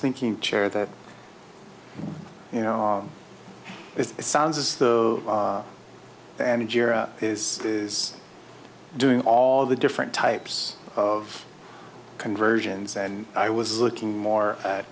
thinking chair that you know it sounds as though and is doing all the different types of conversion and i was looking more